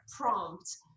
prompt